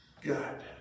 God